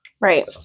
Right